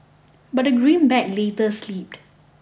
but the greenback later slipped